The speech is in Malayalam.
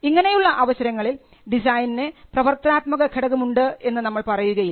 ഇങ്ങനെയുള്ള അവസരങ്ങളിൽ ഡിസൈന് പ്രവർത്തനാത്മക ഘടകമുണ്ട് എന്ന് നമ്മൾ പറയുകയില്ല